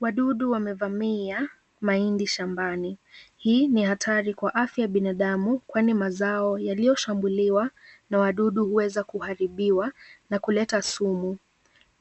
Wadudu wamevamia mahindi shambani, hii ni hatari kwa afya ya binadamu kwani mazao yaliyoshambuliwa na wadudu huweza kuharibiwa na kuleta sumu,